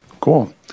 Cool